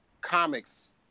comics